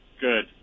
Good